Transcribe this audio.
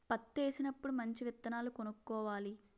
పత్తేసినప్పుడు మంచి విత్తనాలు కొనుక్కోవాలి